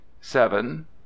seven